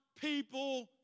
people